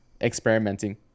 experimenting